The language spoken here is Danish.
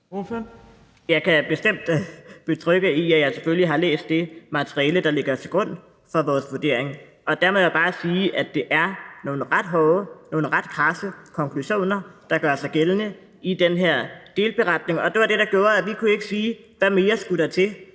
Jeg kan bestemt betrygge i, at jeg selvfølgelig har læst det materiale, der ligger til grund for vores vurdering. Og der må jeg bare sige, at det er nogle ret hårde, nogle ret kradse konklusioner, der gør sig gældende i den her delberetning, og at det var det, der gjorde, at vi ikke kunne sige, hvad mere der skulle til,